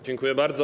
Dziękuję bardzo.